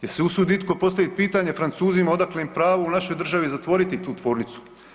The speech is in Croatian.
Jel' se usudi itko postavit pitanje Francuzima odakle im pravo u našoj državi zatvoriti tu tvornicu?